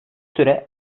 süre